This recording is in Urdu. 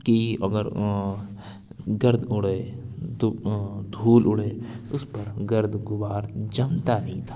کہ اگر گرد اڑے تو دھول اڑے اس پر گرد غبار جمتا نہیں تھا